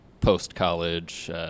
post-college